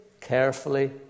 carefully